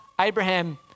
Abraham